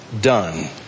done